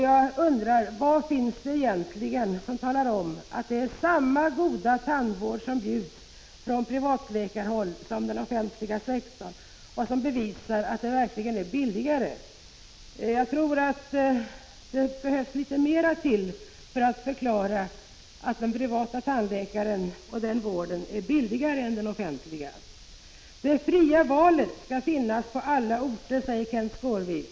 Jag undrar: Vad finns det egentligen som säger att det är 1 samma goda tandvård som erbjuds inom privattandläkarvården som inom den offentliga vården, och vad är det som bevisar att den privata tandvården verkligen blir billigare? Jag tror att det behövs ytterligare klarlägganden, innan man kan bevisa att den privata tandvården är billigare än den offentliga. Det fria valet skall finnas på alla orter, sade Kenth Skårvik.